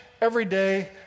everyday